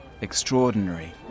extraordinary